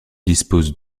dispose